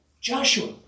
Joshua